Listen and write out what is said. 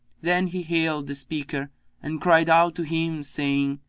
then he hailed the speaker and cried out to him, saying,